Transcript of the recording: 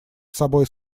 собой